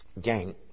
Gang